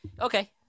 Okay